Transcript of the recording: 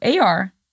AR